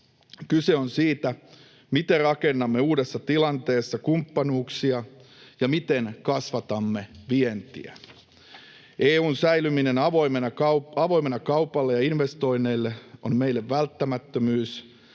Kyse on siitä, miten rakennamme uudessa tilanteessa kumppanuuksia ja miten kasvatamme vientiä. EU:n säilyminen avoimena kaupalle ja investoinneille on meille välttämättömyys,